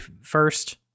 first